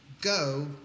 Go